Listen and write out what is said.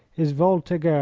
is voltigeur,